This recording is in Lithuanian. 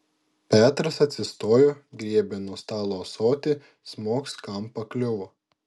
petras atsistojo griebė nuo stalo ąsotį smogs kam pakliuvo